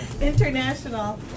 International